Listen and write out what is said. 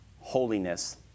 holiness